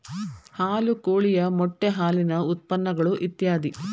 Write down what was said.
ಹಾಲು ಕೋಳಿಯ ಮೊಟ್ಟೆ ಹಾಲಿನ ಉತ್ಪನ್ನಗಳು ಇತ್ಯಾದಿ